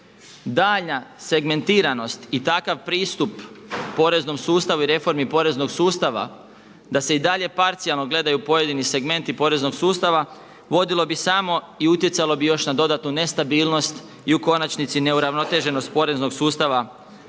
Daljnja segmentiranost i takav pristup poreznom sustavu i reformi poreznog sustava da se i dalje parcijalno gledaju pojedini segmenti poreznog sustava vodilo bi samo i utjecalo bi još na dodatnu nestabilnost i u konačnici neuravnoteženost poreznog sustava